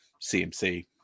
CMC